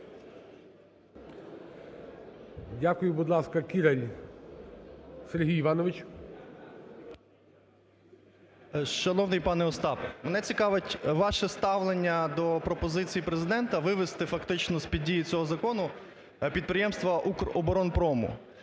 Дякую. Будь ласка, Кіраль Сергій Іванович. 11:33:05 КІРАЛЬ С.І. Шановний пане Остапе! Мене цікавить ваше ставлення до пропозицій Президента вивести фактично з-під дії цього закону підприємство "Укроборонпрому"?